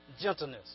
gentleness